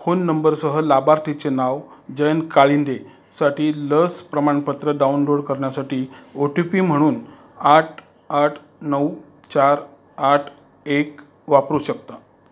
phone नंबरसह लाभार्थीचे नाव जयन काळिंदेसाठी लस प्रमाणपत्र डाउनलोड करण्यासाठी ओ टी पी म्हणून आठ आठ नऊ चार आठ एक वापरू शकता